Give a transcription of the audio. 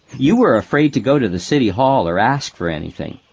you were afraid to go to the city hall or ask for anything.